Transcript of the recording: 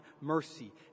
mercy